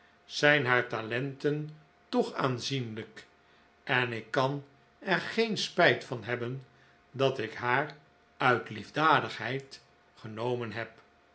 zijn haar talenten toch aanzienlijk en ik kan er geen spijt van hebben dat ik haar uit liefdadigheid genomen heb